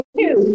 two